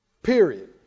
Period